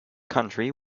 country